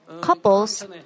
Couples